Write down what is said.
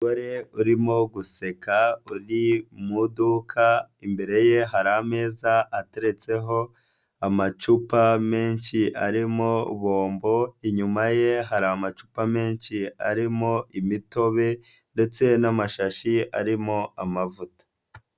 Umugore urimo guseka, uri mu iduka, imbere ye hari ameza ateretseho amacupa menshi arimo bombo, inyuma ye hari amacupa menshi arimo imitobe ndetse n'amashashi arimo amavuta.